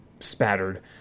spattered